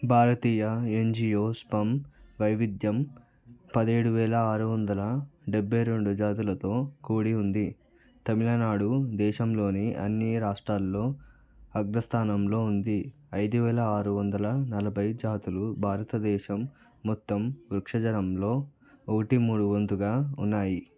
భారతీయ angiosperm వైవిధ్యం పదిహేడువేల ఆరువందల డెబ్బై రెండు జాతులతో కూడి ఉంది తమిళనాడు దేశంలోని అన్ని రాష్ట్రాల్లో అగ్రస్థానంలో ఉంది ఐదువేలఆరువందలనలభై జాతులు భారతదేశం మొత్తం వృక్షజాలంలో ఒకటి మూడు వంతుగా ఉన్నాయి